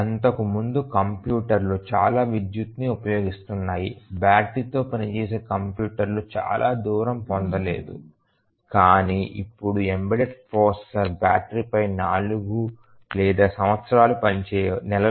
అంతకుముందు కంప్యూటర్లు చాలా విద్యుత్ ని ఉపయోగిస్తున్నాయి బ్యాటరీతో పనిచేసే కంప్యూటర్ చాలా దూరం పొందలేదు కానీ ఇప్పుడు ఎంబెడెడ్ ప్రాసెసర్ బ్యాటరీపై నెలలు లేదా సంవత్సరాలు పనిచేయవచ్చు